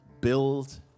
build